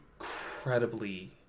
incredibly